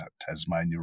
Tasmania